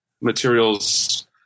materials